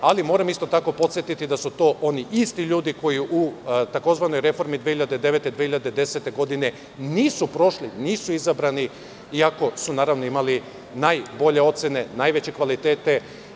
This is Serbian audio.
Ali, moram isto tako podsetiti da su to oni isti ljudi koji u tzv. reformi 2009-2010. godine nisu prošli, nisu izabrani, iako su imali najbolje ocene, najveće kvalitete.